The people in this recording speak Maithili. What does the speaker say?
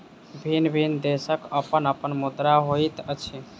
भिन्न भिन्न देशक अपन अपन मुद्रा होइत अछि